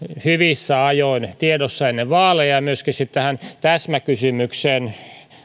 hyvissä ajoin tiedossa ennen vaaleja myöskin sitten tähän täsmäkysymykseen